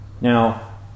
now